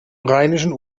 rheinischen